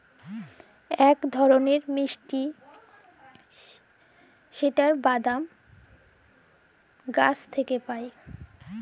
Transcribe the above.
ইক ধরলের মিষ্টি রকমের বাদাম যেট গাহাচ থ্যাইকে পায়